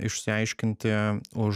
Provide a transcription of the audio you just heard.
išsiaiškinti už